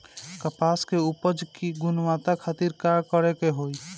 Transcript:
कपास के उपज की गुणवत्ता खातिर का करेके होई?